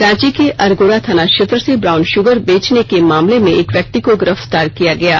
रांची के अरगोड़ा थाना क्षेत्र से ब्राउन शुगर बेचने के मामले में एक व्यक्ति को गिरफ्तार किया है